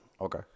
Okay